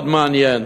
מאוד מעניין,